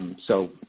so,